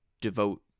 devote